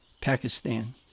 Pakistan